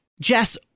Jess